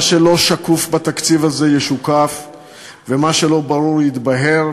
מה שלא שקוף בתקציב הזה ישוקף ומה שלא ברור יתבהר.